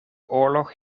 oorlog